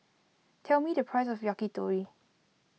tell me the price of Yakitori